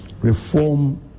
reform